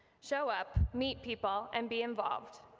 show up, meet people and be involved.